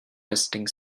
testing